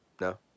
No